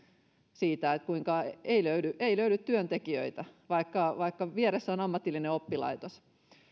siitä kuinka ei löydy ei löydy työntekijöitä vaikka vaikka vieressä on ammatillinen oppilaitos